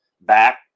back